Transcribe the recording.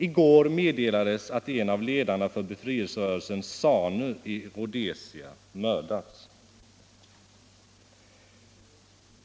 I går meddelades att en av ledarna för befrielserörelsen ZANU i Rhodesia mördats.